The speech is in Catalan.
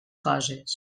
coses